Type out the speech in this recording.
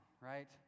right